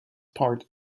part